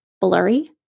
blurry